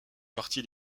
parti